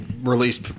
released